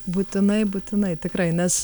būtinai būtinai tikrai nes